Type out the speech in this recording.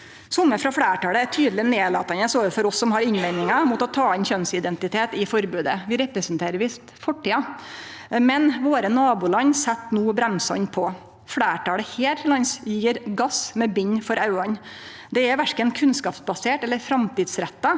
Somme frå fleirtalet er tydeleg nedlatande overfor oss som har innvendingar mot å ta inn kjønnsidentitet i forbodet. Vi representerer visst fortida. Men våre naboland set no bremsene på. Fleirtalet her til lands gjev gass med bind for auga. Det er verken kunnskapsbasert eller framtidsretta.